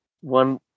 one